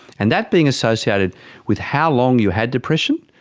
and that being associated with how long you had depression,